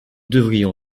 devions